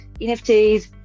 NFTs